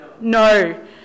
no